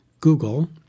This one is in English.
Google